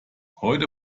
heute